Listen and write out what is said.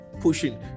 pushing